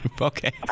Okay